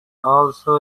also